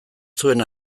zuen